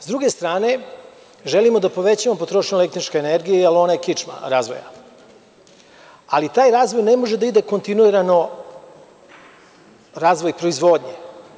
Sa druge strane, želimo da povećamo potrošnju električne energije jer ona je kičma razvoja, ali taj razvoj ne može da bude kontinuiran razvoju proizvodnje.